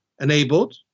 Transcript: enabled